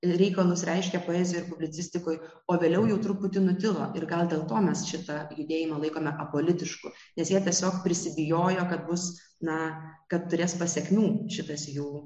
reikalus reiškė poezijoj ir publicistikoj o vėliau jau truputį nutilo ir gal dėl to mes šitą judėjimą laikome apolitišku nes jie tiesiog prisibijojo kad bus na kad turės pasekmių šitas jų